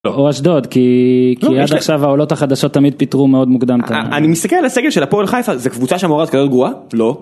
או אשדוד כי עד עכשיו העולות החדשות תמיד פיתרו מאוד מוקדם. אני מסתכל על הסגל של הפועל חיפה, זו קבוצה שאמורה להיות כזו גרועה? לא